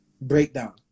breakdown